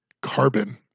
carbon